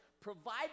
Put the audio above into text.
provide